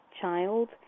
child